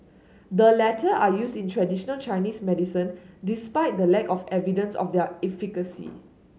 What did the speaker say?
the latter are used in traditional Chinese medicine despite the lack of evidence of their efficacy